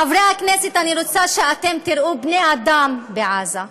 חברי הכנסת, אני רוצה שאתם תראו בני אדם בעזה.